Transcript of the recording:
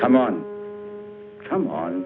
come on come on